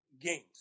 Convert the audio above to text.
games